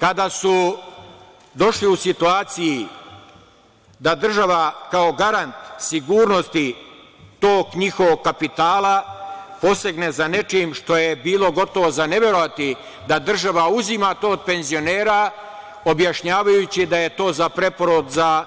Kada su došli u situaciju da država kao garant sigurnosti tog njihovog kapitala posegne za nečim što je bilo gotovo za ne verovati da država uzima to od penzionera, objašnjavajući da je to za preporod, za